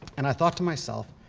and i thought to myself,